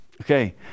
Okay